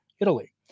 Italy